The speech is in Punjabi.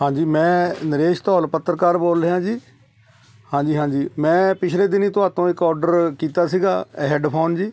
ਹਾਂਜੀ ਮੈਂ ਨਰੇਸ਼ ਧੌਲ ਪੱਤਰਕਾਰ ਬੋਲ ਰਿਹਾ ਜੀ ਹਾਂਜੀ ਹਾਂਜੀ ਮੈਂ ਪਿਛਲੇ ਦਿਨੀਂ ਤੁਹਾਡੇ ਤੋਂ ਇੱਕ ਔਡਰ ਕੀਤਾ ਸੀਗਾ ਹੈਡਫੋਨ ਜੀ